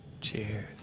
Cheers